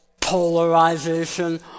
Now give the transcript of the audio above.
polarization